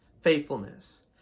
faithfulness